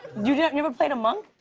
you never played a monk?